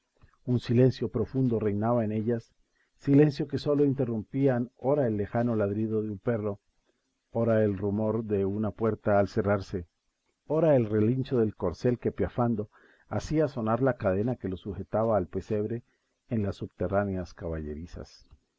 un silencio profundo reinaba en ellas silencio que sólo interrumpían ora el lejano ladrido de un perro ora el rumor de una puerta al cerrarse ora el relincho de corcel que piafando hacía sonar la cadena que lo sujetaba al pesebre en las subterráneas caballerizas